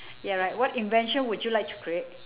ya right what invention would you like to create